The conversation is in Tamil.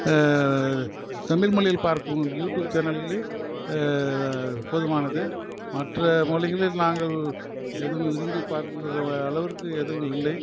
தமிழ்மொழியில் பார்க்கும் யூடியூப் சேனல்களில் போதுமானது மற்ற மொழிகளில் நாங்கள் எதுவும் விரும்பி பார்க்கக்கூடிய அளவிற்கு எதுவும் இல்லை